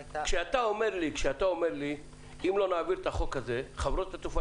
כשאתה אומר לי שאם לא נעביר את החוק הזה חברות התעופה